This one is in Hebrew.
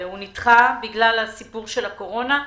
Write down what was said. הוא נדחה בגלל הסיפור של הקורונה.